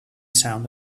sound